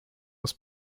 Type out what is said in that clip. was